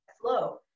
flow